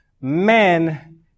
Men